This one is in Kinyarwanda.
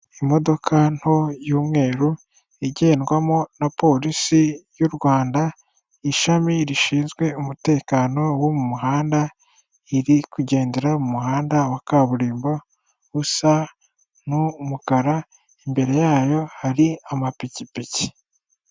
Imodoka nto y'umweru igendwamo na polisi y'u Rwanda ishami rishinzwe umutekano wo mu muhanda iri kugendera mu muhanda wa kaburimbo usa n'umukara imbere yayo hari amapikipiki.